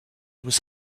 was